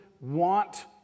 want